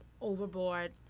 overboard